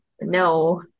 no